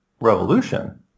revolution